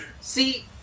See